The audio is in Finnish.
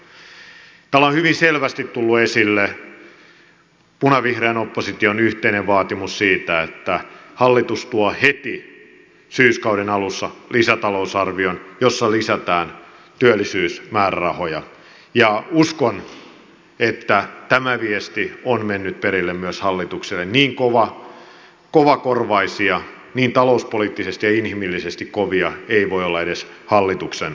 täällä on hyvin selvästi tullut esille punavihreän opposition yhteinen vaatimus siitä että hallitus tuo heti syyskauden alussa lisätalousarvion jossa lisätään työllisyysmäärärahoja ja uskon että tämä viesti on mennyt perille myös hallitukselle niin kovakorvaisia niin talouspoliittisesti ja inhimillisesti kovia eivät voi olla edes hallituksen ratkaisut